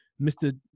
Mr